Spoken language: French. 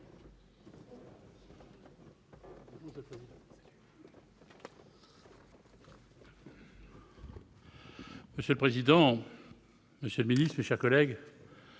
Monsieur le président, monsieur le ministre, mes chers collègues,